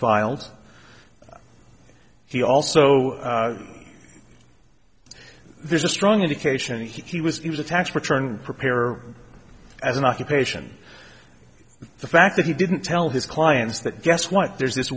filed he also there's a strong indication that he was a tax return preparer as an occupation the fact that he didn't tell his clients that guess what there's this